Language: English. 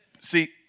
see